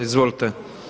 Izvolite.